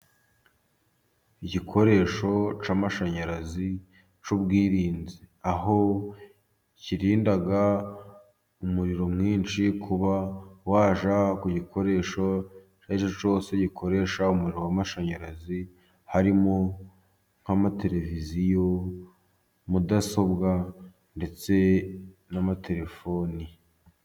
Igikoresho cy'amashanyarazi cy'ubwirinzi, aho kirinda umuriro mwinshi, kuba wajya kugikoresha igikoresho cyose gikoresha umuriro w'amashanyarazi, harimo nk'amateleviziyo, mudasobwa, ndetse n'amatelefoni.